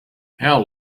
how